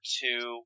two